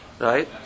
right